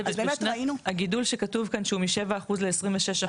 הגידול שכתוב כאן מ-7% מ-26%?